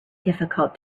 difficult